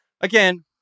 again